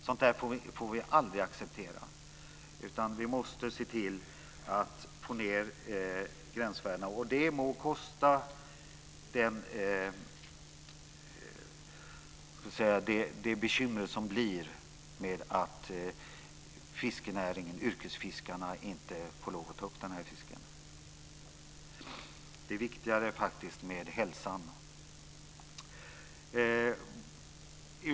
Sådant får vi aldrig acceptera utan vi måste få ned gränsvärdena. Det må kosta vad det kostar i form av bekymmer för yrkesfiskarna för att de inte får lov att ta upp sådan fisk. Det är faktiskt viktigare med hälsan.